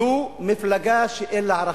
זו מפלגה שאין לה ערכים,